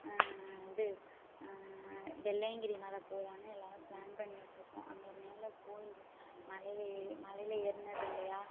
இது வெள்ளையங்கிரி மலை போகலான்னு எல்லோரும் ப்ளான் பண்ணி வச்சிருக்கோம் அங்கே மேலே கோவில் இருக்குது மலையில் ஏறி மலையில் ஏறுனது இல்லையா